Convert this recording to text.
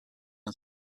and